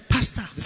Pastor